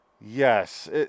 Yes